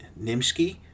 Nimsky